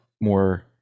more